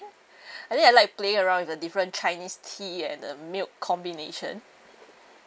I think I like playing around with the different chinese tea and the milk combination